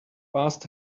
passed